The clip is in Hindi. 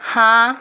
हाँ